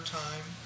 time